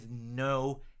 no